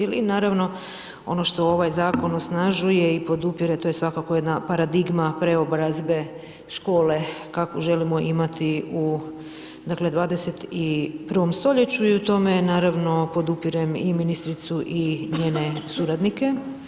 Ili naravno, ono što onaj zakon osnažuje i podupire, to je svakako jedna paradigma preobrazbe škole kakvu želimo imati u, dakle, 21. st. i u tome naravno podupirem i ministricu i njene suradnike.